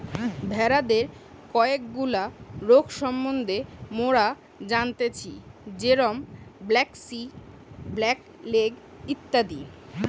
ভেড়াদের কয়েকগুলা রোগ সম্বন্ধে মোরা জানতেচ্ছি যেরম ব্র্যাক্সি, ব্ল্যাক লেগ ইত্যাদি